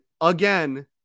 again